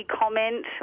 comment